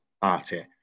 Party